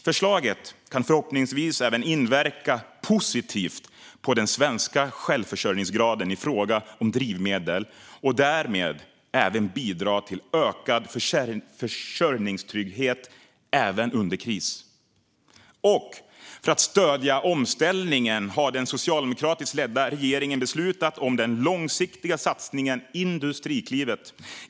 Förslaget kan förhoppningsvis även inverka positivt på den svenska självförsörjningsgraden i fråga om drivmedel och därmed även bidra till ökad försörjningstrygghet även under kriser. För att stödja omställningen har den socialdemokratiskt ledda regeringen också beslutat om den långsiktiga satsningen Industriklivet.